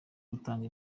gutanga